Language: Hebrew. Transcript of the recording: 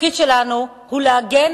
התפקיד שלנו הוא להגן